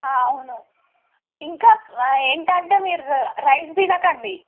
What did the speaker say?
అవును ఇంకా ఏంటంటే మీరు రైస్ తినకండి